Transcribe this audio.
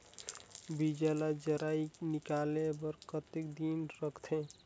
बीजा ला जराई निकाले बार कतेक दिन रखथे?